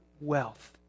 wealth